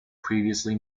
previously